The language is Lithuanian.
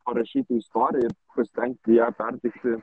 parašyti istoriją ir pasistengti ją perteikti